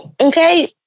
Okay